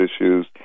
issues